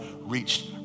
reached